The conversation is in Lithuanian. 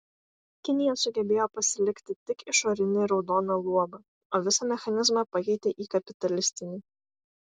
kinija sugebėjo pasilikti tik išorinį raudoną luobą o visą mechanizmą pakeitė į kapitalistinį